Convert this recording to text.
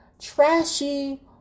trashy